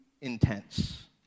intense